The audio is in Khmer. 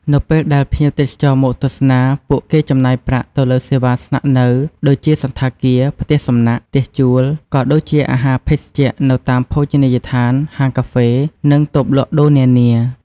នៅពេលដែលភ្ញៀវទេសចរមកទស្សនា ពួកគេចំណាយប្រាក់ទៅលើសេវាស្នាក់នៅដូចជាសណ្ឋាគារ ផ្ទះសំណាក់ ផ្ទះជួល ក៏ដូចជាអាហារភេសជ្ជៈនៅតាមភោជនីយដ្ឋាន ហាងកាហ្វេ និងតូបលក់ដូរនានា។